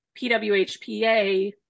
PWHPA